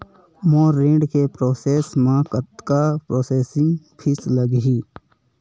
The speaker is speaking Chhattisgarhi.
मोर ऋण के प्रोसेस म कतका प्रोसेसिंग फीस लगही?